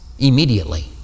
immediately